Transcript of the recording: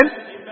Amen